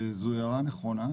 זו הערה נכונה.